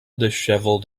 dishevelled